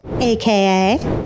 aka